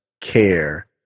care